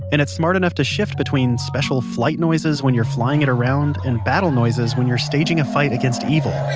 and it's smart enough to shift between special flight noises when you're flying it around and battle noises when you're staging a fight against evil.